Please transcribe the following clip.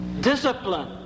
discipline